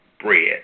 bread